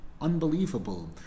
unbelievable